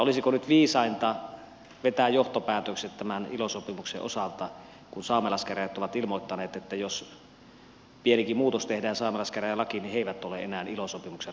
olisiko nyt viisainta vetää johtopäätökset tämän ilo sopimuksen osalta kun saamelaiskäräjät on ilmoittanut että jos pienikin muutos tehdään saamelaiskäräjälakiin niin he eivät ole enää ilo sopimuksen ratifioinnin takana